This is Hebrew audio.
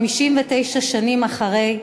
59 שנים אחרי,